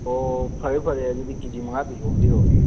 ꯑꯣ ꯐꯔꯦ ꯐꯔꯦ ꯑꯗꯨꯗꯤ ꯀꯦꯖꯤ ꯃꯉꯥꯗꯣ ꯌꯣꯝꯕꯤꯔꯣꯅꯦ